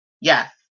Yes